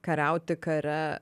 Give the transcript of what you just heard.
kariauti kare